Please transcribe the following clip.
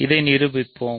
இதை நிரூபிப்போம்